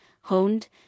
honed